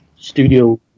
studio